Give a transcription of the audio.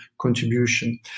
contribution